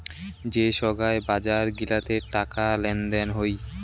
যে সোগায় বাজার গিলাতে টাকা লেনদেন হই